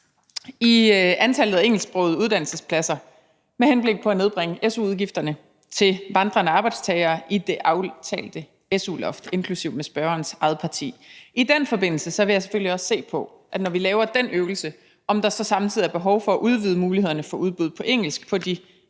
i antallet af engelsksprogede uddannelsespladser med henblik på at nedbringe su-udgifterne til vandrende arbejdstagere i det aftalte su-loft. I den forbindelse vil jeg selvfølgelig også se på, når vi laver den øvelse, om der så samtidig er behov for at udvide mulighederne for udbud på engelsk på de